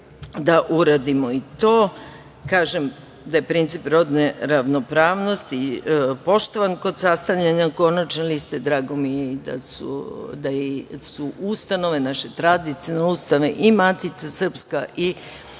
da uradimo i to. Kažem da je princip rodne ravnopravnosti poštovan kod sastavljanja konačne liste. Drago mi je i da su naše tradicionalne ustanove, i Matica srpska, i